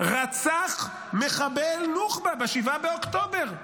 למי שרצח מחבל נוח'בה ב-7 באוקטובר.